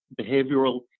behavioral